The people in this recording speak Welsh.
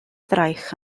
fraich